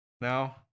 now